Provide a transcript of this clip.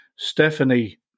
Stephanie